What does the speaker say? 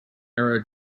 era